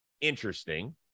interesting